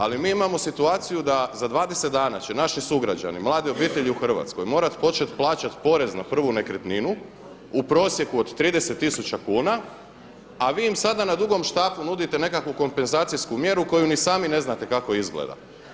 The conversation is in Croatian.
Ali mi imamo situaciju da za 20 dana će naši sugrađani, mlade obitelji u Hrvatskoj morati početi plaćati porez na prvu nekretninu u prosjeku od 30 tisuća kuna, a vi im sada na dugom štapu nudite nekakvu kompenzacijsku mjeru koju ni sami ne znate kako izgleda.